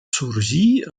sorgir